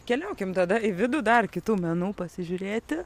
keliaukim tada į vidų dar kitų menų pasižiūrėti